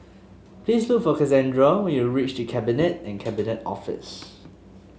please look for Casandra when you reach The Cabinet and Cabinet Office